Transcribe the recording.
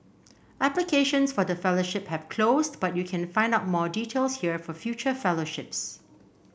applications for the fellowship have closed but you can find out more details here for future fellowships